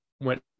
went